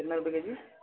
کتنا روپے کے جی